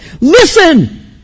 Listen